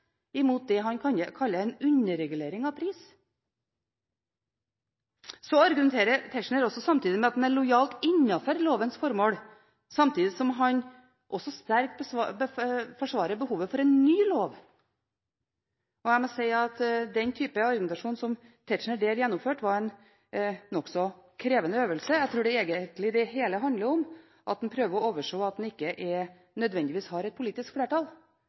imot det han kaller en underregulering av pris. Så argumenterer Tetzschner også med at en er lojalt innenfor lovens formål, samtidig som han sterkt forsvarer behovet for en ny lov. Jeg må si at den typen argumentasjon som Tetzschner der gjennomførte, var en nokså krevende øvelse. Jeg tror egentlig det hele handler om at han prøver å overse at han ikke nødvendigvis har et politisk flertall